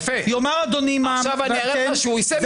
יאמר אדוני --- עכשיו אני אראה לך שהוא יישם את זה.